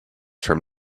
from